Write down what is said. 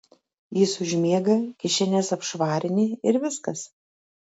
jis užmiega kišenes apšvarini ir viskas